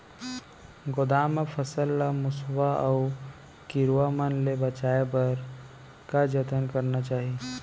गोदाम मा फसल ला मुसवा अऊ कीरवा मन ले बचाये बर का जतन करना चाही?